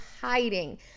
hiding